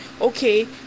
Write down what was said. okay